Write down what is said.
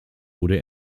wurde